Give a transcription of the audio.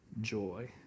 joy